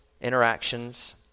interactions